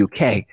uk